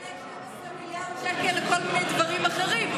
עמדת האוצר הייתה לחלק 12 מיליארד שקל לכל מיני דברים אחרים,